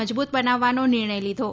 મજબૂત બનાવવાનો નિર્ણય લીધો